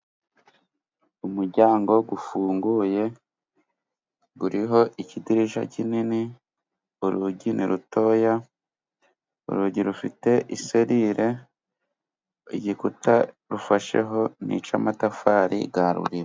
Umuryango ufunguye uriho ikidirishya kinini. Urugi ni rutoya, urugi rufite iserire, igikuta rufasheho ni icy'amatafari ya ruliba.